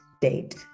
date